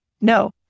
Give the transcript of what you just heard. No